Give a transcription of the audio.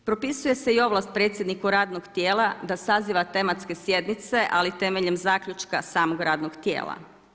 Propisuje se i ovlast predsjedniku radnog tijela da saziva tematske sjednice, ali temeljem zaključka samog radnog tijela.